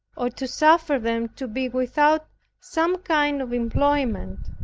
or to suffer them to be without some kind of employment.